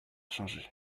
changés